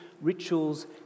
rituals